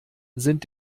sind